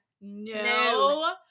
No